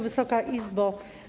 Wysoka Izbo!